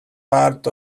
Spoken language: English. part